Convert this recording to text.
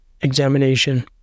examination